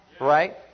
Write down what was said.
Right